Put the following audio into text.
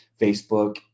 Facebook